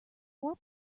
four